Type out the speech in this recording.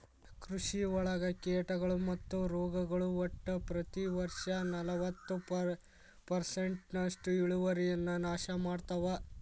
ಕೃಷಿಯೊಳಗ ಕೇಟಗಳು ಮತ್ತು ರೋಗಗಳು ಒಟ್ಟ ಪ್ರತಿ ವರ್ಷನಲವತ್ತು ಪರ್ಸೆಂಟ್ನಷ್ಟು ಇಳುವರಿಯನ್ನ ನಾಶ ಮಾಡ್ತಾವ